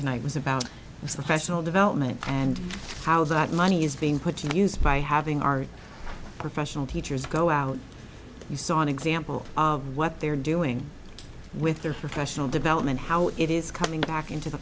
tonight was about a successful development and how that money is being put to use by having our professional teachers go out you saw an example of what they're doing with their professional development how it is coming back into the